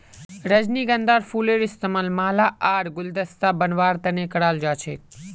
रजनीगंधार फूलेर इस्तमाल माला आर गुलदस्ता बनव्वार तने कराल जा छेक